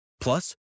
Plus